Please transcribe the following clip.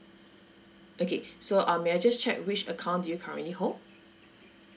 okay so uh may I just check which account do you currently hold